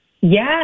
Yes